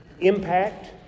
impact